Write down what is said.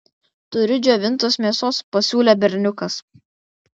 turiu džiovintos mėsos pasiūlė berniukas